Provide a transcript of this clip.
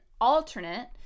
alternate